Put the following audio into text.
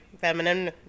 feminine